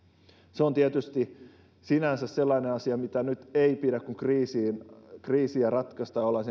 se on tietysti sinänsä sellainen asia mitä ei pidä tuijottaa nyt kun kriisiä ratkaistaan ollaan